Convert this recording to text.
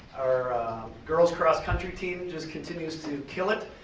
our girls cross country team just continue to kill it.